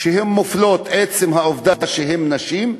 שהן מופלות מעצם העובדה שהן נשים,